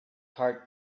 heart